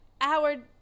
Howard